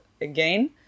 again